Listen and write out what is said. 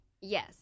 Yes